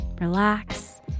relax